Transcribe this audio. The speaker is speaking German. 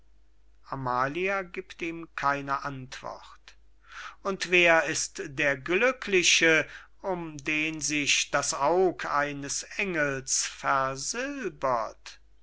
und wer ist der glückliche um den sich das aug eines engels versilbert